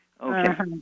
Okay